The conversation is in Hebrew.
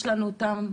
יש לנו אותם,